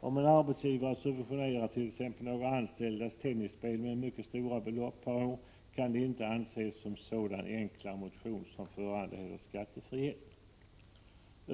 Om en arbetsgivare subventionerart.ex. några anställdas tennisspel med mycket stora belopp per år kan det inte anses som sådan enklare motion som föranleder skattefrihet.